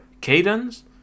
cadence